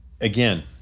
again